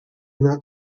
not